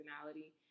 personality